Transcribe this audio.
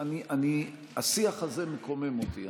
השיח הזה מקומם אותי,